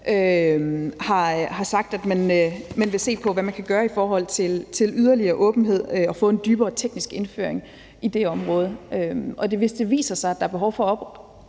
har sagt, at man vil se på, hvad man kan gøre i forhold til yderligere åbenhed og få en dybere teknisk indføring i det område. Og hvis det viser sig, at der er behov for at